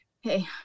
hey